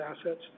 assets